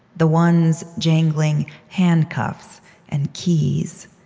the ones jangling handcuffs and keys,